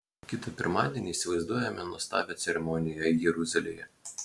kitą pirmadienį įsivaizduojame nuostabią ceremoniją jeruzalėje